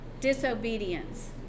disobedience